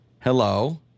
Hello